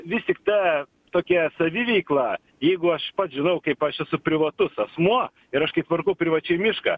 vis tik ta tokia saviveikla jeigu aš pats žinau kaip aš esu privatus asmuo ir aš kaip tvarkau privačiai mišką